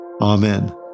Amen